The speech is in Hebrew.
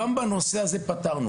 גם את הנושא הזה פתרנו.